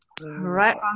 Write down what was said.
right